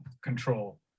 control